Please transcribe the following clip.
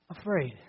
afraid